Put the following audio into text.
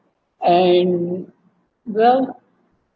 and well